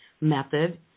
method